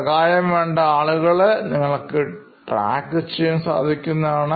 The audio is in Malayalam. സഹായം വേണ്ട ആളുകളെ നിങ്ങൾക്ക് ട്രാക്ക് ചെയ്യാൻ സാധിക്കുന്നതാണ്